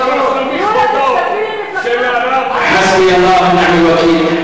תספרי, חַסְבַּנַא אלְלַה וַנִעְם אל-וַכִּיל.